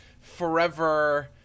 forever